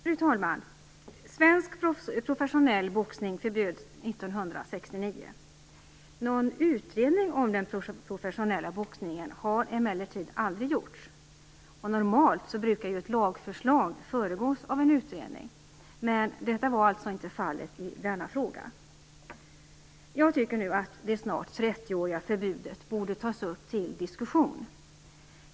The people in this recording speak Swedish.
Fru talman! Svensk professionell boxning förbjöds 1969. Någon utredning om den professionella boxningen har emellertid aldrig gjorts. Normalt brukar ju ett lagförslag föregås av en utredning, men detta var alltså inte fallet i denna fråga. Jag tycker nu att det snart trettioåriga förbudet borde tas upp till diskussion.